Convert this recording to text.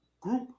group